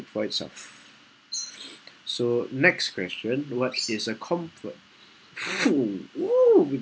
for itself so next question what is a comfort !fuh! !woo!